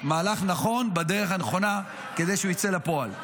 מהלך נכון בדרך הנכונה כדי שהוא יצא לפועל.